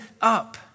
up